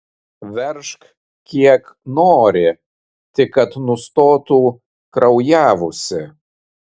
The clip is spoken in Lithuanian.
veržk kiek nori tik kad nustotų kraujavusi